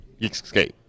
Geekscape